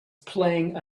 playing